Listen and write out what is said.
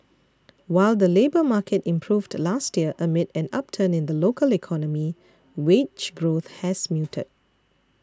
while the labour market improved last year amid an upturn in the local economy wage growth has muted